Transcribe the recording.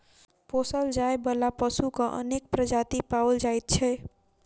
पोसल जाय बला पशुक अनेक प्रजाति पाओल जाइत छै